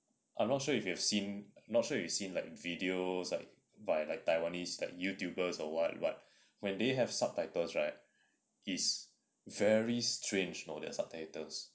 I'm not sure if you've seen not sure you seen like videos like by the taiwanese like youtubers or what but when they have subtitles right it's very strange you know their subtitles